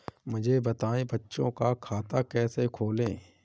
मुझे बताएँ बच्चों का खाता कैसे खोलें?